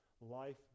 life